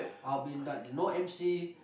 I'll be like no m_c